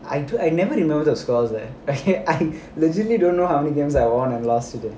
I never remember the scores leh I legit don't know how many games I won and lost already